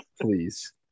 please